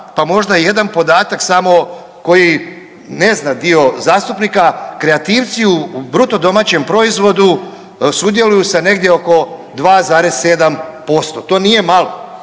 pa možda jedan podatak samo koji ne zna dio zastupnika, kreativci u BDP-u sudjeluju sa negdje oko 2,7%, to nije malo,